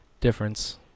difference